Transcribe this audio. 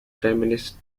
feminist